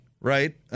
right